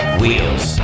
wheels